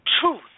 truth